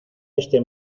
este